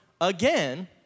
again